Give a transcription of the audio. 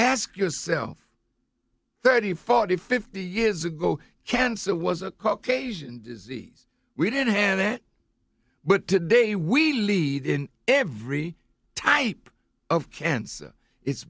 ask yourself thirty forty fifty years ago cancer was a caucasian disease we didn't hand that but today we lead in every type of cancer it's